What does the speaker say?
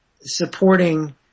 supporting